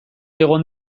egon